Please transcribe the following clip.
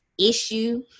issue